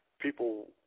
people